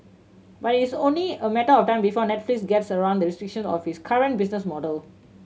but it is only a matter of time before Netflix gets around the restriction of its current business model